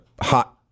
hot